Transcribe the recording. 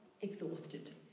exhausted